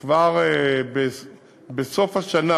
וכבר בסוף השנה